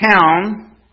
town